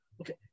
okay